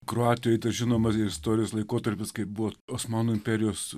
kroatijoje žinomas istorijos laikotarpis kai buvo osmanų imperijos